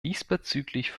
diesbezüglich